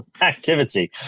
activity